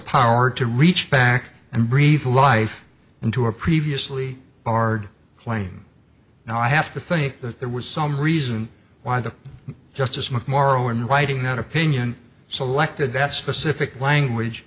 power to reach back and breathe life into a previously barred plane now i have to think that there was some reason why the justice mcmorrow in writing that opinion selected that specific language